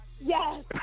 Yes